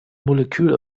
molekül